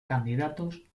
candidatos